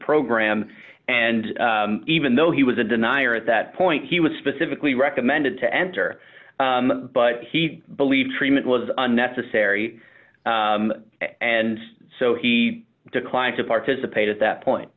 program and even though he was a denier at that point he was specifically recommended to enter but he believed treatment was unnecessary and so he declined to participate at that point